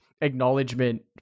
acknowledgement